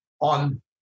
on